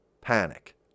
panic